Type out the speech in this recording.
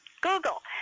Google